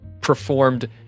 performed